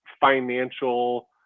financial